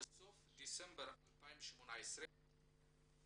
בסוף דצמבר 2018 הודיעו